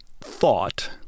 thought